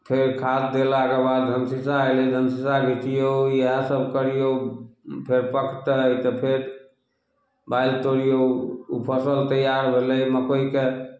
फेर खाद देलाके बाद धमसीसा एलय धमसीसा इएहे सभ करियौ फेर पकतइ तऽ फेर बाइल तोड़ियौ उ फसल तैयार भेलय मकोइके